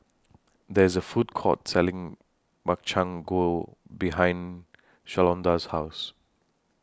There IS A Food Court Selling Makchang Gui behind Shalonda's House